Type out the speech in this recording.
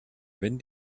wenn